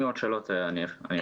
אם יהיו עוד שאלות, אשאל אחר כך.